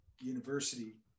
university